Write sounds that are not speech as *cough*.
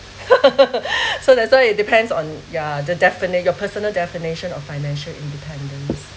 *laughs* *breath* so that's why it depends on yeah the defini~ your personal definition on financial independence